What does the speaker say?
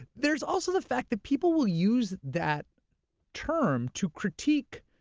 there's also the fact that people will use that term to critique